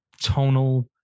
tonal